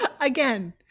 again